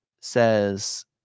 says